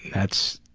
that's.